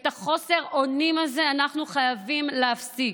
את חוסר האונים הזה אנחנו חייבים להפסיק.